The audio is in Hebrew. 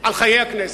על חיי הכנסת.